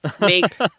makes